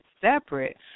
separate